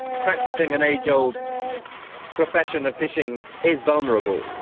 practising an age-old profession of fishing is vulnerable.